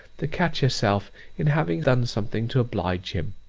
to catch herself in having done something to oblige him?